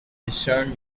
discern